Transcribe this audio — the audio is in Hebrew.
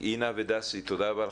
אינה, ודסי, תודה רבה לכם.